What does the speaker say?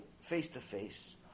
face-to-face